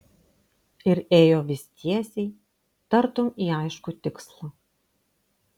ir ėjo vis tiesiai tartum į aiškų tikslą